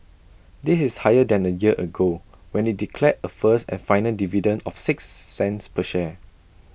this is higher than A year ago when IT declared A first and final dividend of six cents per share